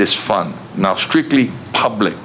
this fund not strictly public